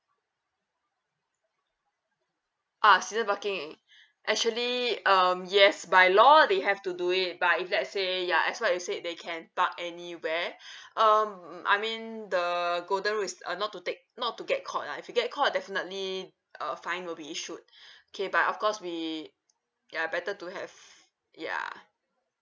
uh season parking actually um yes by law they have to do it but if let's say ya as what you said they can park anywhere um I mean the golden rule is uh not to take not to get caught ah if you get caught definitely a fine will be issued okay but of course we ya better to have ya